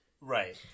Right